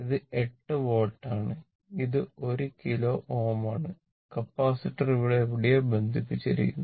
ഇത് 8 വോൾട്ട് ആണ് ഇത് 1 കിലോ Ω ആണ് കപ്പാസിറ്റർ ഇവിടെ എവിടെയോ ബന്ധിപ്പിച്ചിരിക്കുന്നു